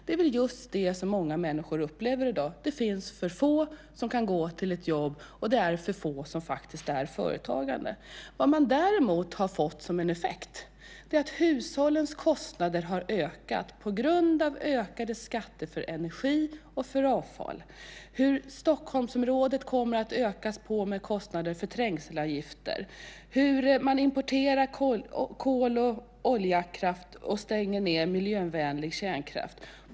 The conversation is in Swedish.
Det är just vad människor upplever i dag, nämligen att för få går till jobbet och att det är för få som är företagare. Effekten har däremot blivit att hushållens kostnader har ökat på grund av ökade skatter för energi och avfall. Stockholmsområdet kommer att få ökade kostnader för trängselavgifter. Kol och oljekraft importeras och miljövänlig kärnkraft stängs ned.